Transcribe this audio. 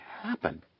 happen